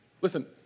Listen